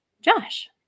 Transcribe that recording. Josh